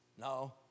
No